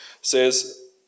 says